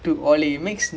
oh shit